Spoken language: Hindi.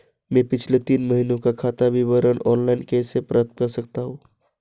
मैं पिछले तीन महीनों का खाता विवरण ऑनलाइन कैसे प्राप्त कर सकता हूं?